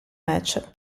match